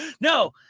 no